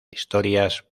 historias